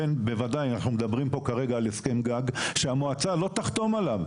אנחנו מדברים כרגע על הסכם גג שהמועצה לא תחתום עליו.